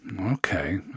Okay